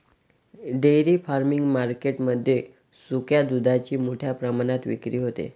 dairy farming market मध्ये सुक्या दुधाची मोठ्या प्रमाणात विक्री होते